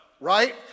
right